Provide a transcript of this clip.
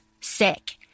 sick